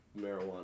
marijuana